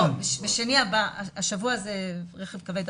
השבוע זה רכב כבד.